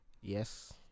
Yes